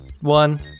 One